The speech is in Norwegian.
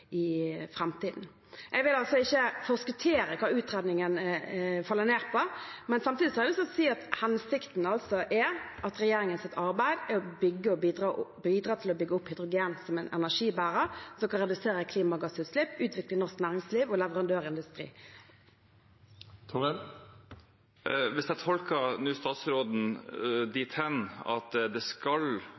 framtiden. Jeg vil altså ikke forskuttere hva utredningen faller ned på. Samtidig har jeg lyst til å si at hensikten altså er at regjeringens arbeid bidrar til å bygge opp hydrogen som en energibærer som kan redusere klimagassutslipp og utvikle norsk næringsliv og leverandørindustri. Da tolker jeg statsråden dit hen at det skal